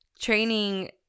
training